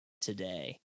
today